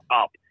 up